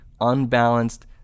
unbalanced